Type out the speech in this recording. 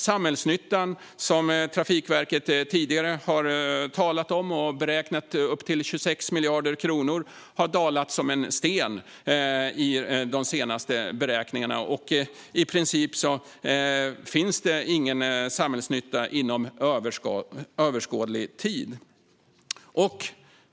Samhällsnyttan, som Trafikverket tidigare har talat om och beräknat upp till 26 miljarder kronor, har sjunkit som en sten i de senaste beräkningarna. Det finns i princip ingen samhällsnytta inom överskådlig tid.